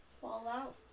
Fallout